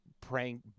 prank